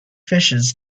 fishes